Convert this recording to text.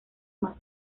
más